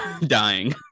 dying